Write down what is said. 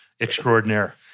extraordinaire